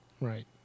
Right